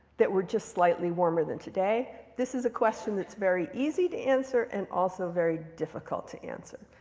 that were just slightly warmer than today? this is a question that's very easy to answer and also very difficult to answer.